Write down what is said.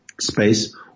space